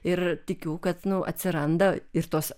ir tikiu kad nu atsiranda ir tos